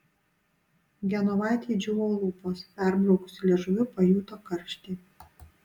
genovaitei džiūvo lūpos perbraukusi liežuviu pajuto karštį